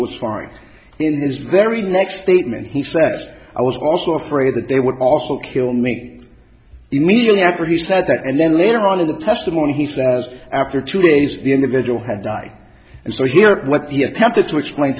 was fine in his very next statement he says i was also afraid that they would also kill me immediately after he said that and then later on of the testimony he says after two days the individual had died and so here is what the attempted to explain